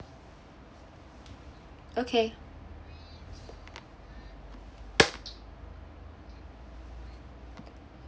okay